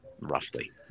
roughly